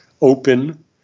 open